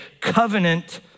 covenant